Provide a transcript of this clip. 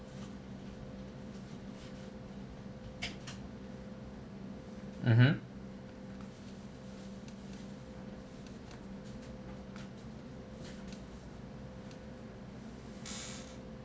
mmhmm